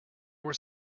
were